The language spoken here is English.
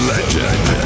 Legend